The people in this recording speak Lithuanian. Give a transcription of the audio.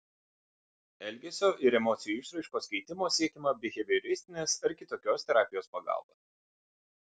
elgesio ir emocijų išraiškos keitimo siekiama bihevioristinės ar kitokios terapijos pagalba